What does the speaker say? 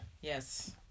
yes